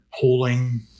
pulling